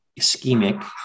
ischemic